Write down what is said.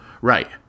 right